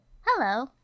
hello